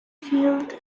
failed